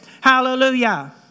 Hallelujah